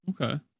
okay